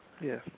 Yes